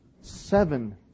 seven